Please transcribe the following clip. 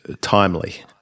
timely –